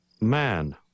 Man